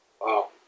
Wow